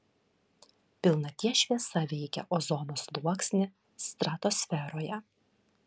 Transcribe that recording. pilnaties šviesa veikia ozono sluoksnį stratosferoje